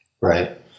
Right